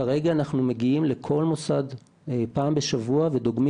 כרגע אנחנו מגיעים לכל מוסד פעם בשבוע ודוגמים